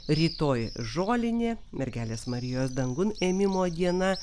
rytoj žolinė mergelės marijos dangun ėmimo diena